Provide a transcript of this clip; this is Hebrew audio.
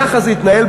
ככה זה התנהל.